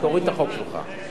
ועכשיו אתה מושך את ההצבעה.